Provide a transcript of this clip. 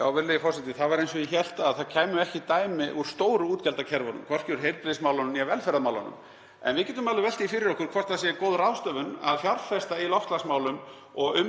Virðulegi forseti. Það var eins og ég hélt að það kæmu ekki dæmi úr stóru útgjaldakerfunum, hvorki úr heilbrigðismálunum né velferðarmálunum. Við getum alveg velt því fyrir okkur hvort það sé góð ráðstöfun að fjárfesta í loftslagsmálum og